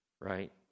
right